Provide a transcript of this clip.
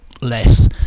less